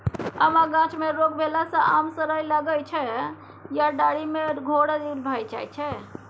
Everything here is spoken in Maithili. आमक गाछ मे रोग भेला सँ आम सरय लगै छै या डाढ़ि मे धोधर भए जाइ छै